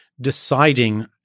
deciding